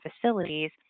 facilities